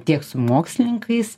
tiek su mokslininkais